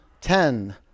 ten